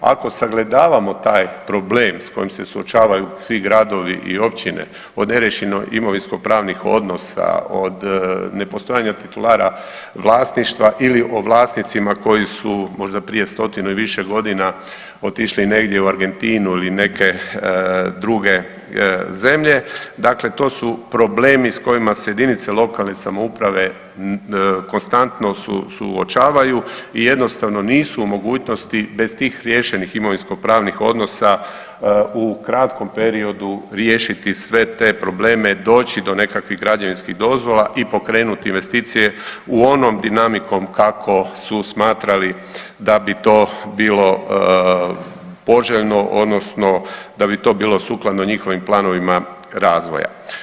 Ako sagledavamo taj problem s kojim se suočavaju svi gradovi i općine, od neriješeno imovinskopravnih odnosa, od nepostojanja titulara vlasništva ili o vlasnicima koji su možda prije 100-tinu i više godina otišli negdje u Argentinu ili neke druge zemlje, dakle to su problemi s kojima se JLS-ovi konstantno suočavaju i jednostavno nisu u mogućnosti bez tih riješenih imovinskopravnih odnosa u kratkom periodu riješiti sve te probleme i doći do nekakvih građevinskih dozvola i pokrenuti investicije onom dinamikom kako su smatrali da bi to bilo poželjno odnosno da bi to bilo sukladno njihovim planovima razvoja.